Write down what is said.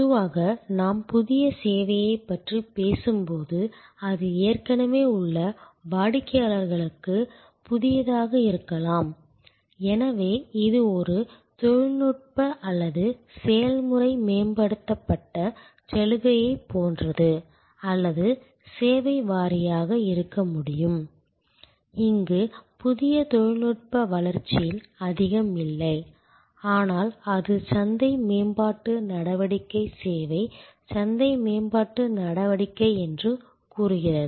பொதுவாக நாம் புதிய சேவையைப் பற்றி பேசும்போது அது ஏற்கனவே உள்ள வாடிக்கையாளர்களுக்கு புதியதாக இருக்கலாம் எனவே இது ஒரு தொழில்நுட்ப அல்லது செயல்முறை மேம்படுத்தப்பட்ட சலுகையைப் போன்றது அல்லது சேவை வாரியாக இருக்க முடியும் இங்கு புதிய தொழில்நுட்ப வளர்ச்சியில் அதிகம் இல்லை ஆனால் அது சந்தை மேம்பாட்டு நடவடிக்கை சேவை சந்தை மேம்பாட்டு நடவடிக்கை என்று கூறுகிறது